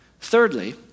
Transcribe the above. Thirdly